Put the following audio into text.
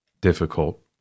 difficult